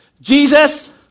Jesus